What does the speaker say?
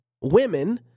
women